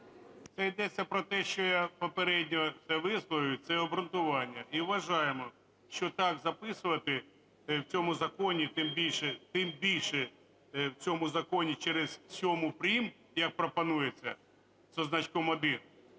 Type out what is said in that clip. Йдеться про те, що я попередньо висловив, це обґрунтування і вважаємо, що так записувати в цьому законі, тим більше... тим більше в цьому законі через 7 прим., як пропонується, зі значком 1,